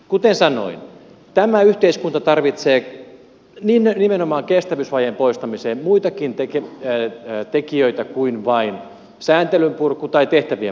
kuten sanoin tämä yhteiskunta tarvitsee nimenomaan kestävyysvajeen poistamiseen muitakin tekijöitä kuin vain sääntelyn purkua tai tehtävien purkua